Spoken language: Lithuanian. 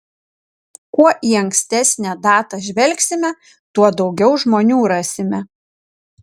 kuo į ankstesnę datą žvelgsime tuo daugiau žmonių rasime